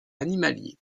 animaliers